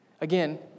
Again